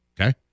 Okay